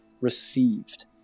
received